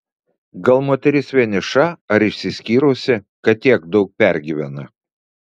gal moteris vieniša ar išsiskyrusi kad tiek daug pergyvena